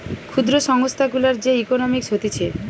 ক্ষুদ্র সংস্থা গুলার যে ইকোনোমিক্স হতিছে